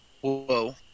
Whoa